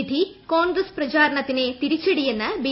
വിധി കോൺഗ്രസ് പ്രചാരണ ത്തിന് തിരിച്ചടിയെന്ന് ബി